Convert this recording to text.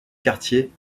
quartier